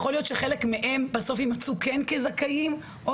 יכול להיות שחלק מהם בסוף כן יימצאו כזכאים או